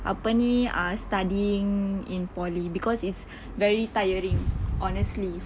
apa ni uh studying in poly because it's very tiring honestly